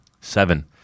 Seven